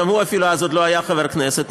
הוא אז אפילו עוד לא היה חבר כנסת,